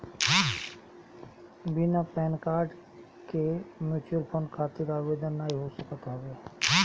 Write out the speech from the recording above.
बिना PAN card के mutual fund खातिर आवेदन नाइ हो सकत हवे